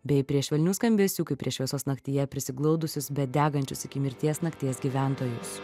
bei prie švelnių skambesių kaip prie šviesos naktyje prisiglaudusius bet degančius iki mirties nakties gyventojus